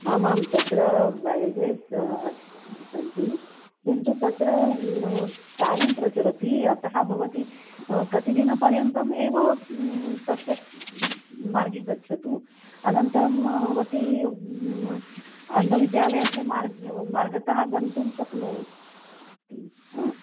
आमां तत्र बेरिकेट्स् अस् सन्ति किन्तु तत्र कार्यं प्रचलति अतः भवती कति दिनपर्यन्तम् एव तस्य मार्गे गच्छतु अनन्तरं भवती अन्धविद्यालयस्य मार्गे मार्गतः गन्तुं शक्नोति हा